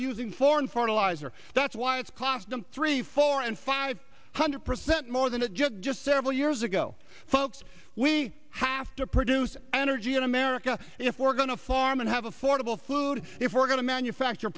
using foreign formalize or that's why it's cost them three four and five hundred percent more than a just just several years ago folks we have to produce energy in america if we're going to farm and have affordable food if we're going to manufacture